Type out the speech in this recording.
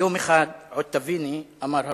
יום אחד עוד תביני", אמר הרופא,